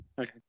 Okay